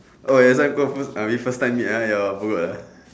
oh that's why go first I mean first time meet uh your who uh